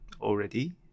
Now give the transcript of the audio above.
Already